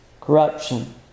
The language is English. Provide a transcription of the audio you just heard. Corruption